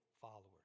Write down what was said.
followers